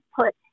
put